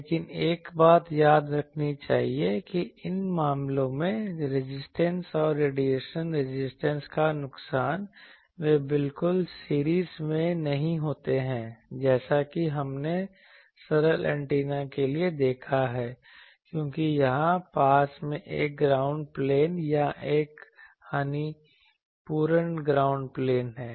लेकिन एक बात याद रखनी चाहिए कि इन मामलों में रेजिस्टेंस और रेडिएशन रेजिस्टेंस का नुकसान वे बिल्कुल सीरीज में नहीं होते हैं जैसा कि हमने सरल एंटेना के लिए देखा है क्योंकि यहां पास में एक ग्राउंड प्लेन या एक हानिपूर्ण ग्राउंड प्लेन है